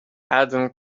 aden